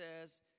says